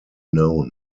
known